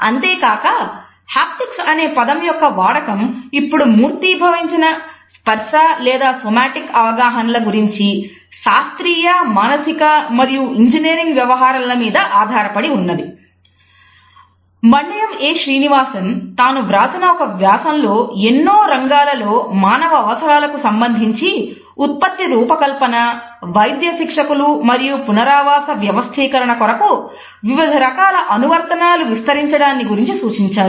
అంతేకాక హాప్టిక్స్ తాను వ్రాసిన ఒక వ్యాసంలో ఎన్నో రంగాలలో మానవ అవసరాలకు సంబంధించి ఉత్పత్తి రూపకల్పన వైద్య శిక్షకులు మరియు పునరావాస వ్యవస్థీకరణ కొరకు వివిధ రకాల అనువర్తనాలు విస్తరించడాన్ని గురించి సూచించారు